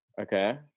Okay